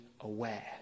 aware